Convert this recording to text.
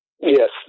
yes